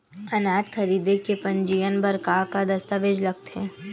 अनाज खरीदे के पंजीयन बर का का दस्तावेज लगथे?